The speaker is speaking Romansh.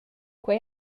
quei